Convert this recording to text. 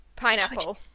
Pineapple